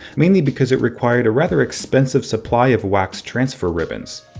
mainly because it required a rather expensive supply of wax transfer ribbons.